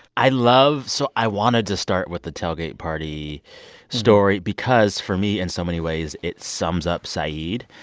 i love so i wanted to start with the tailgate party story because, for me, in so many ways, it sums up saeed,